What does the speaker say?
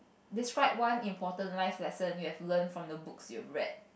describe one important life lesson you have learnt from the books you have read